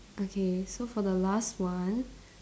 okay so for the last one